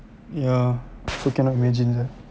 ya I also cannot imagine sia